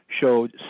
showed